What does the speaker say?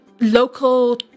local